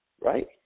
Right